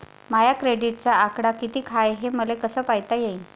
माया क्रेडिटचा आकडा कितीक हाय हे मले कस पायता येईन?